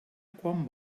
quan